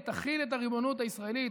היא תחיל את הריבונות הישראלית